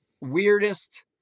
weirdest